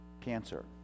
cancer